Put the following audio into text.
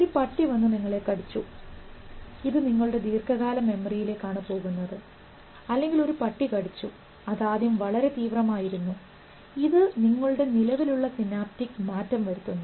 ഒരു പട്ടി വന്നു നിങ്ങളെ കടിച്ചു ഇത് നിങ്ങളുടെ ദീർഘകാല മെമ്മറിയിലേക്ക് ആണ് പോകുന്നത് അല്ലെങ്കിൽ ഒരു പട്ടി കടിച്ചു അത് ആദ്യം വളരെ തീവ്രമായിരുന്നു ഇത് നിങ്ങളുടെ നിലവിലുള്ള സിനാപ്റ്റിക്മാറ്റം വരുത്തുന്നു